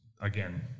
again